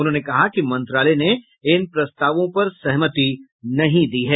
उन्होंने कहा कि मंत्रालय ने इन प्रस्तावों पर सहमति नहीं दी है